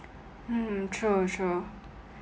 hmm true true